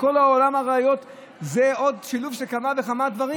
בכל העולם הראיות זה עוד שילוב של כמה וכמה דברים.